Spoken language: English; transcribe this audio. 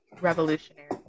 revolutionary